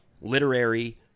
literary